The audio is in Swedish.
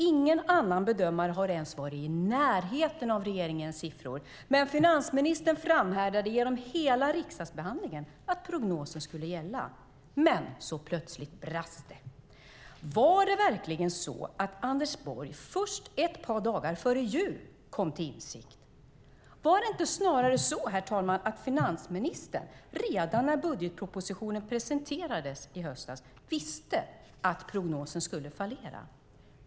Ingen annan bedömare har ens varit i närheten av regeringens siffror, men finansministern framhärdade genom hela riksdagsbehandlingen att prognosen skulle gälla. Men så plötsligt brast det. Var det verkligen så att Anders Borg först ett par dagar före jul kom till insikt? Var det inte snarare så, herr talman, att finansministern redan när budgetpropositionen presenterades i höstas visste att prognosen skulle fallera?